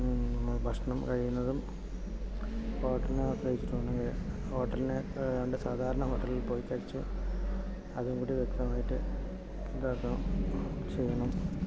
ഭക്ഷണം കഴിയുന്നതും ഹോട്ടലിനെ ആശ്രയിച്ചിട്ട് വേണം ഹോട്ടലിനെ സാധാരണ ഹോട്ടലിൽ പോയി കഴിച്ചോ അതും കൂടി വ്യക്തമായിട്ട് ഇതാക്കണം ചെയ്യണം